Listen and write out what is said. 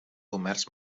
comerç